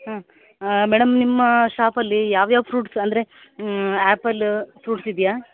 ಹ್ಞ್ madam ನಿಮ್ಮ ಷಾಪಲ್ಲಿ ಯಾವ್ಯಾವ ಫ್ರೂಟ್ಸ್ ಅಂದರೆ ಆ್ಯಪಲ್ ಫ್ರೂಟ್ಸ್ ಇದೆಯಾ